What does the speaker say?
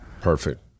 perfect